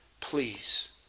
Please